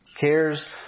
Cares